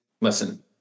Listen